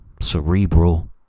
cerebral